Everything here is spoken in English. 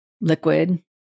liquid